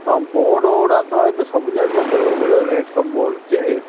ହଁ ବୋର୍ଡ୍ଗୁଡ଼ା ତ ଏବେ ସବୁ ଜାକ ବେଳୁକୁ ବେଳ ରେଟ୍ ସବୁ ବଢ଼ୁଛି